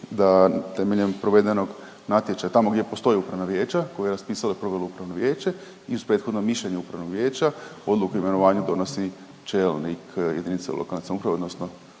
da temeljem provedenog natječaja, tamo gdje postoje upravna vijeća koja je raspisala…/Govornik se ne razumije./…upravno vijeće i uz prethodno mišljenje upravnog vijeća odluku o imenovanju donosi čelnik JLS odnosno osnivača. Osim